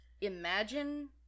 imagine